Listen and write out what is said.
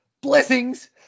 Blessings